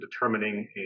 determining